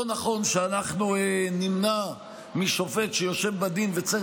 לא נכון שאנחנו נמנע משופט שיושב בדין וצריך